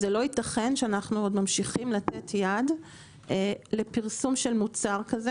זה לא יתכן שאנחנו ממשיכים לתת יד לפרסום של מוצר כזה,